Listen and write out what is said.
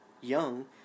Young